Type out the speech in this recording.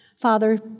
Father